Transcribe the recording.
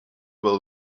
wel